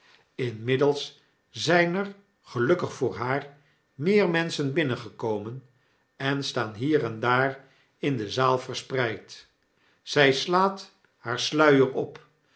inmiddels zyn er gelukkig voor haar meer menschen binnengekomen en staan hier en daar in de zaal verspreid zj slaat haar sluier op